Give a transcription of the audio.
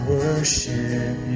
worship